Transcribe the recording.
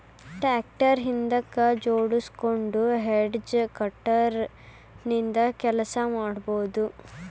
tractor ಹಿಂದಕ್ ಜೋಡ್ಸ್ಕೊಂಡು hedge cutter ನಿಂದ ಕೆಲಸ ಮಾಡ್ಬಹುದು